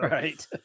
Right